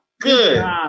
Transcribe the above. Good